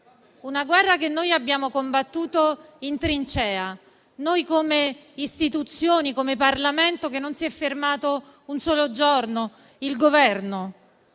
Una guerra che noi abbiamo combattuto in trincea: noi come istituzioni, come Parlamento che non si è fermato un solo giorno, il Governo.